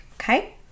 okay